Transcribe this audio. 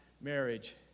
marriage